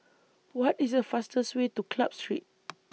What IS The fastest Way to Club Street